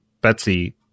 Betsy